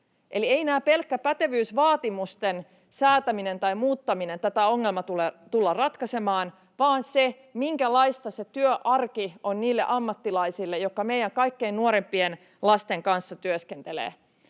Eli ei pelkkien pätevyysvaatimusten säätäminen tai muuttaminen tätä ongelmaa tule ratkaisemaan vaan se, minkälaista se työarki on niille ammattilaisille, jotka meidän kaikkein nuorimpien lasten kanssa työskentelevät.